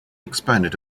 exponent